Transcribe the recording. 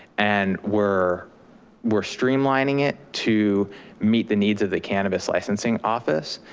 and we're we're streamlining it to meet the needs of the cannabis licensing office,